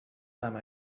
time